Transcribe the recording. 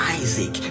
isaac